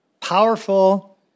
powerful